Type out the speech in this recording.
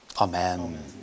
Amen